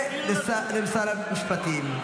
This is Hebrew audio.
הוא מודה לשר המשפטים,